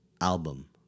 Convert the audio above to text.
album